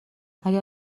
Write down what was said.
اگر